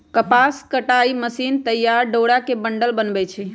कपास कताई मशीन तइयार डोरा के बंडल बनबै छइ